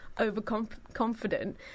overconfident